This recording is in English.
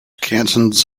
cantons